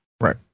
Right